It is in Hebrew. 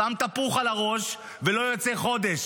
שם את הפוך על הראש ולא יוצא חודש.